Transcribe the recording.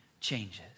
changes